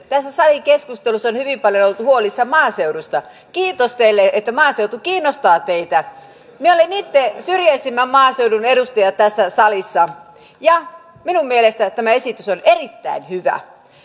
tässä salikeskustelussa on hyvin paljon oltu huolissaan maaseudusta kiitos teille että maaseutu kiinnostaa teitä minä olen itse syrjäisimmän maaseudun edustaja tässä salissa ja minun mielestäni tämä esitys on erittäin hyvä